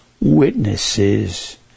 witnesses